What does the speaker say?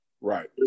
Right